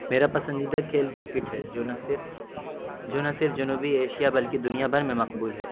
میرا پسندیدہ کھیل کرکٹ ہے جونا صرف جو نہ صرف جنوبی ایشیا بلکہ دنیا بھر میں مقبول ہے